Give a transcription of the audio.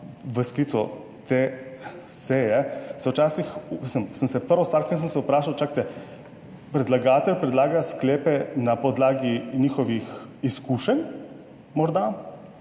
včasih, mislim, sem se prvo stvar, ko sem se vprašal, čakajte, predlagatelj predlaga sklepe na podlagi njihovih izkušenj. Morda